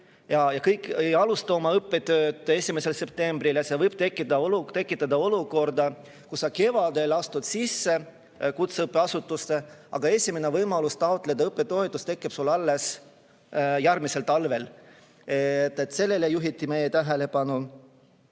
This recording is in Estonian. kõik ei alusta oma õppetööd 1. septembril. See võib tekitada olukorra, kus sa kevadel astud sisse kutseõppeasutusse, aga esimene võimalus õppetoetust taotleda tekib sul alles järgmisel talvel. Sellele juhiti meie tähelepanu.